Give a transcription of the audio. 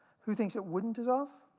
who thinks it wouldn't dissolve?